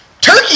Turkey